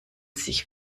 sich